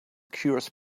cures